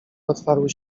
otwarły